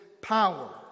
power